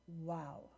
Wow